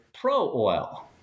pro-oil